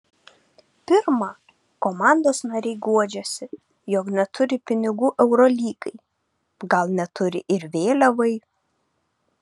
pirma komandos nariai guodžiasi jog neturi pinigų eurolygai gal neturi ir vėliavai